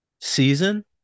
Season